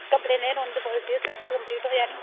complain लेई रोंदे दे बोलदे सलेबस कम्पलीट होआ नी